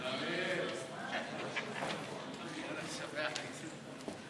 גברתי היושבת-ראש,